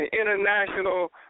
international